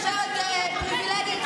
גברת פריבילגית,